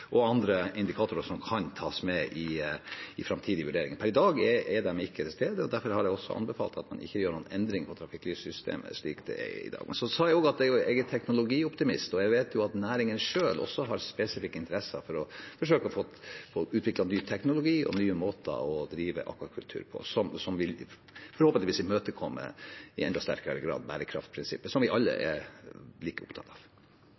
og andre indikatorer som kan tas med i framtidige vurderinger. Per i dag er de ikke til stede. Derfor har jeg anbefalt at man ikke gjør noen endringer i trafikklyssystemet slik det er i dag. Jeg sa også at jeg er teknologioptimist, og jeg vet at næringen selv har spesifikke interesser for å forsøke å få utviklet ny teknologi og nye måter å drive akvakultur på som forhåpentligvis i enda sterkere grad vil imøtekomme bærekraftprinsippet, som vi alle er like opptatt av.